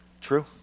True